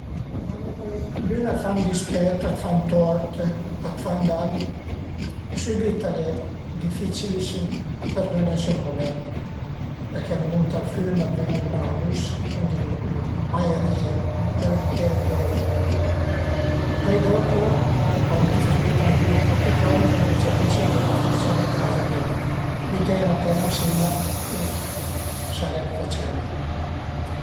Cuandi cuaidün a t'fa ün dispèt, a t'fa ün tort, a t'fa ün dan, sübit al e dificilissim perduné sël mument perché a t'munta ël füm, a t'ven ël nërvus e cundi lu maiërìe bele ënter, bele vìu, pöi dopu cuand ses pi trancuil e ën pompi calm, cumince a pensé che ma forse al e ël cazo dë büteie 'na pera ën sima e sarè la facenda